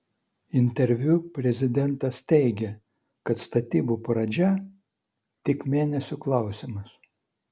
interviu prezidentas teigė kad statybų pradžia tik mėnesių klausimas